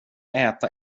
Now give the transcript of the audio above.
äta